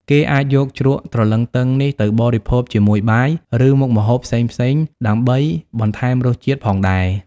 គេអាចយកជ្រក់ត្រលឹងទឹងនេះទៅបរិភោគជាមួយបាយ ឬមុខម្ហូបផ្សេងៗដើម្បីបន្ថែមរសជាតិផងដែរ។